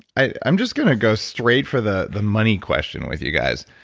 i'm just going to go straight for the the money question with you guys.